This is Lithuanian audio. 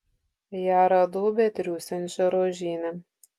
ją radau betriūsiančią rožyne